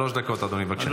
שלוש דקות, אדוני, בבקשה.